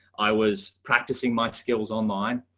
i was practicing my skills online.